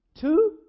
Two